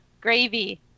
gravy